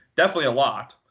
definitely a lot.